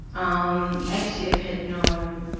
um hcf had no